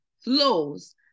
flows